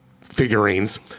figurines